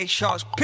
Sharks